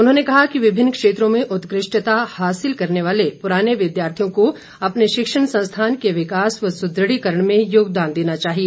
उन्होंने कहा कि विभिन्न क्षेत्रों में उत्कृष्टता हासिल करने वाले पुराने विद्यार्थियों को अपने शिक्षण संस्थान के विकास व सुदृढ़ीकरण में योगदान देना चाहिए